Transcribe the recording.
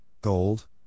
gold